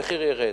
המחיר ירד.